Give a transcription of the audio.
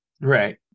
right